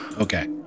Okay